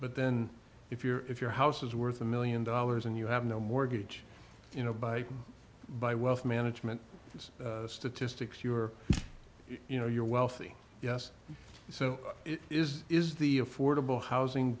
but then if you're if your house is worth a million dollars and you have no mortgage you know by by wealth management and statistics you are you know you're wealthy yes so it is is the